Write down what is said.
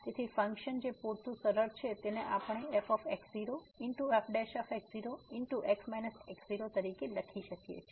તેથી ફંકશન જે પૂરતું સરળ છે તેને આપણે f f તરીકે લખી શકીએ છીએ